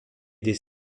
des